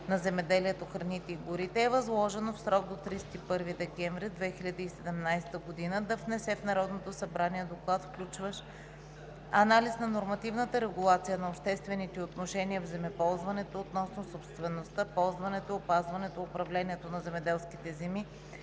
на земеделието, храните и горите е възложено в срок до 31 декември 2017 г. да внесе в Народното събрание доклад, включващ анализ на нормативната регулация на обществените отношения в земеползването относно собствеността, ползването, опазването и управлението на земеделските земи